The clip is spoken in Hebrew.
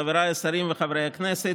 חבריי השרים וחברי הכנסת,